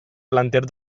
planter